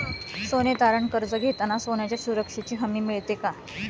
सोने तारण कर्ज घेताना सोन्याच्या सुरक्षेची हमी मिळते का?